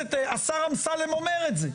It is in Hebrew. השר אמסלם אומר את זה,